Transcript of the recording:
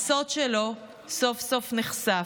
הסוד שלו סוף-סוף נחשף.